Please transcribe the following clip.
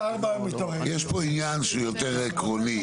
יש פה עניין שהוא יותר עקרוני.